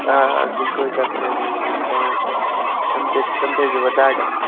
آ آ گٔلکوز ڈَبہٕ تہِ حظ ٲسۍ نِنۍ پانٛژھ ڈبہٕ تِم تہِ تِم تہِ حظ تھٲوِزیٚو دَہ ڈَبہٕ